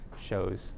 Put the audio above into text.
shows